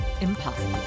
Impossible